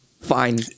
Fine